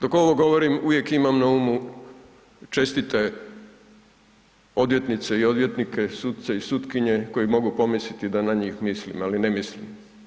Dok ovo govorim uvijek imam na umu čestite odvjetnice i odvjetnike, suce i sutkinje koji mogu pomisliti da na njih mislim, ali ne mislim.